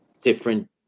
different